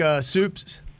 soups